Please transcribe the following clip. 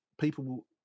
people